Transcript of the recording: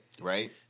Right